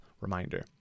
reminder